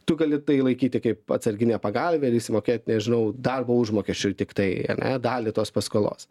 tu gali tai laikyti kaip atsarginę pagalvę ir išsimokėt nežinau darbo užmokesčiui tiktai ar ne dalį tos paskolos